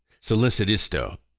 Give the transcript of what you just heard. scilicet isto,